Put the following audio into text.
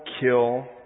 kill